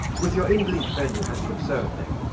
with your invalid friend who has the absurd name.